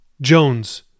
Jones